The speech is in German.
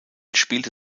spielte